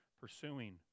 pursuing